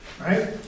Right